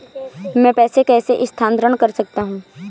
मैं पैसे कैसे स्थानांतरण कर सकता हूँ?